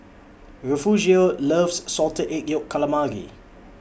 Refugio loves Salted Egg Yolk Calamari